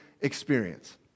experience